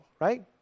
right